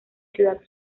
ciudad